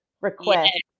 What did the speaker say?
request